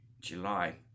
July